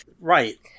Right